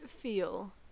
feel